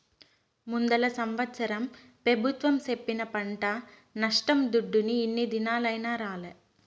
ముందల సంవత్సరం పెబుత్వం సెప్పిన పంట నష్టం దుడ్డు ఇన్ని దినాలైనా రాలే